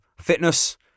fitness